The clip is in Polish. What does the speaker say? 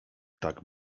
tak